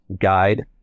guide